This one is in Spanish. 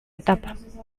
etapas